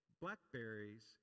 blackberries